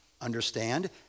understand